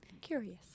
curious